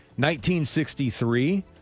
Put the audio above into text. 1963